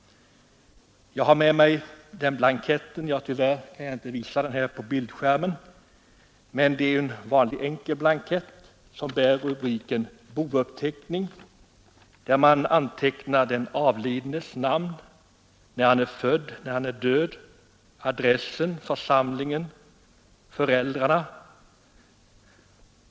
Jag har med mig den blanketten här. Den har rubriken Bouppteckning. Den är mycket enkel. Man antecknar den avlidnes namn, datum för födelse och död, adress, församling, föräldrar.